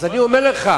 אז אני אומר לך,